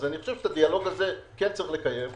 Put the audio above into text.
אני חושב שאת הדיאלוג הזה כן יש לקיים.